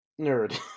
Nerd